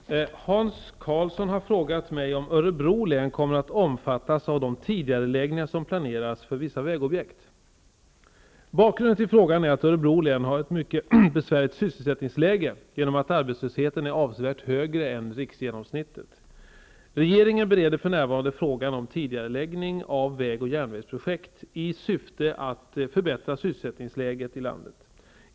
Fru talman! Hans Karlsson har frågat mig om Örebro län kommer att omfattas av de tidigareläggningar som planeras för vissa vägobjekt. Bakgrunden till frågan är att Örebro län har ett mycket besvärligt sysselsättningsläge genom att arbetslösheten är avsevärt högre än riksgenomsnittet. Regeringen bereder för närvarande frågan om tidigareläggning av väg och järnvägsprojekt i syfte att förbättra sysselsättningsläget i landet.